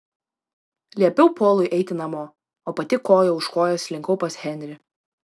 liepiau polui eiti namo o pati koja už kojos slinkau pas henrį